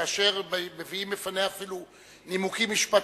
שכאשר מביאים בפניה נימוקים משפטיים,